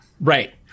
Right